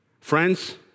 Friends